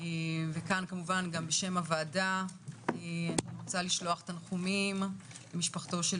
וכאן כמובן גם בשם הוועדה אני רוצה לשלוח תנחומים למשפחתו של